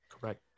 Correct